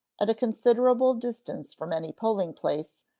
at a considerable distance from any polling place,